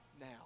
now